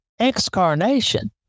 excarnation